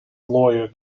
lawyer